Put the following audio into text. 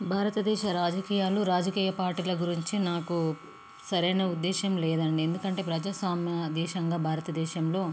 భారతదేశ రాజకీయాలు రాజకీయ పార్టీల గురించి నాకు సరైన ఉద్దేశం లేదండి ఎందుకంటే ప్రజాస్వామ్య దేశంగా భారతదేశంలో